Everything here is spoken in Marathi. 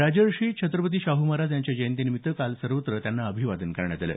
राजर्षी छत्रपती शाहू महाराज यांच्या जयंतीनिमित्त काल सर्वत्र त्यांना अभिवादन करण्यात आलं